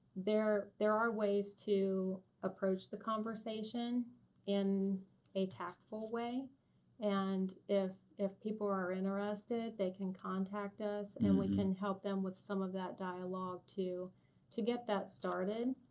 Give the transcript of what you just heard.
there there are ways to approach the conversation in a tactful way and if if people are interested, they can contact us and we can help them with some of that dialogue to to get that started.